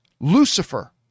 Lucifer